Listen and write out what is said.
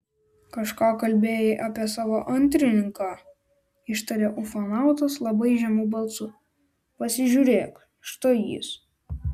kažką kalbėjai apie savo antrininką ištarė ufonautas labai žemu balsu pasižiūrėk štai jis